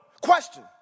Question